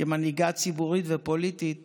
כמנהיגה ציבורית ופוליטית